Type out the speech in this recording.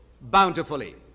bountifully